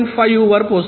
5 वर पोहोचते